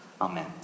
Amen